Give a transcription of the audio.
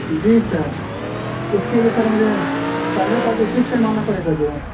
جی sir اس کے لیے سر مجھے پندرہ تاریخ کو کس ٹائم آنا پڑے گا جو ہے